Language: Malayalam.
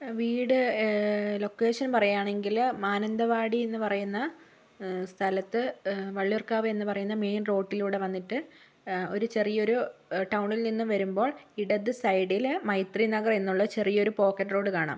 വീട് ലൊക്കേഷൻ പറയുകയാണെങ്കിൽ മാനന്തവാടിയെന്ന് പറയുന്ന സ്ഥലത്ത് വള്ളിയൂർക്കാവെന്ന് പറയുന്ന മെയിൻ റോട്ടിലൂടെ വന്നിട്ട് ഒരു ചെറിയ ഒരു ടൗണിൽ നിന്ന് വരുമ്പോൾ ഇടത് സൈഡിൽ മൈത്രി നഗർ എന്നുള്ള ചെറിയൊരു പോക്കറ്റ് റോഡ് കാണാം